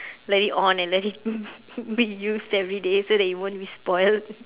let it on and let it move be used everyday so that it won't be spoilt